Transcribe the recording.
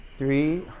Three